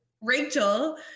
Rachel